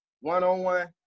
one-on-one